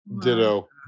Ditto